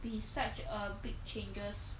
be such a big changes